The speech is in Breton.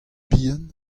bihan